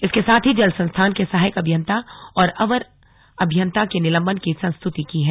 इसके साथ ही जलसंस्थान के सहायक अभियंता और अवर अभियंता के निलंबन की संस्तृति की है